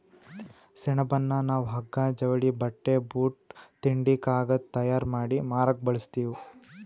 ಸೆಣಬನ್ನ ನಾವ್ ಹಗ್ಗಾ ಜವಳಿ ಬಟ್ಟಿ ಬೂಟ್ ತಿಂಡಿ ಕಾಗದ್ ತಯಾರ್ ಮಾಡಿ ಮಾರಕ್ ಬಳಸ್ತೀವಿ